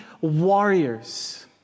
warriors